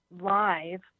live